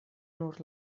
nur